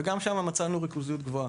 וגם שם מצאנו ריכוזיות גבוהה.